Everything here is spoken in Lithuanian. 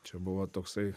čia buvo toksai